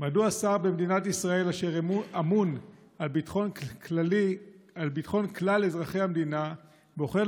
מדוע שר במדינת ישראל אשר אמון על ביטחון כלל אזרחי המדינה בוחר